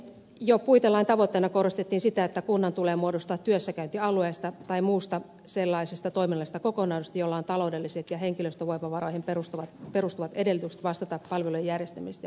jo puitelain tavoitteena korostettiin sitä että kunnan tulee muodostua työssäkäyntialueesta tai muusta sellaisesta toiminnallisesta kokonaisuudesta jolla on taloudelliset ja henkilöstövoimavaroihin perustuvat edellytykset vastata palvelujen järjestämisestä ja rahoituksesta